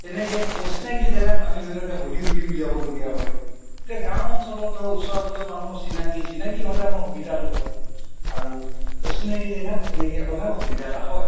তেনেকৈ অচিনাকি জেগাত আমি ধৰি লওক সুধি সুধি উলিয়াবলগীয়া হয় এতিয়া গাঁও অঞ্চলত ধৰক ওচৰে পাঁজৰে মানুহ চিনাকি চিনাকি হ'লে আমাৰ সুবিধাটো হয় আৰু অচিনাকি জেগাত তেনেকৈ মানে অসুবিধা এটা হয়